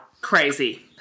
Crazy